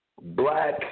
black